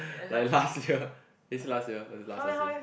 like last year is it last year or is it last last year